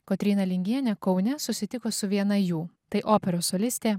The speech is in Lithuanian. kotryna lingienė kaune susitiko su viena jų tai operos solistė